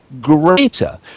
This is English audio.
greater